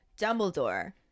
Dumbledore